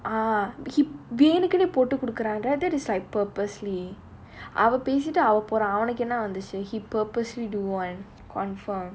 ah he போட்டு கொடுக்கறேளே:pottu kodukuralae that is like purposely அவ பேசிட்டு அவ போற அவனுக்கு என்ன வந்துச்சு:ava pesittu ava pora avanukku enna vandhuchu he purposely do [one] confirm